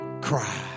cry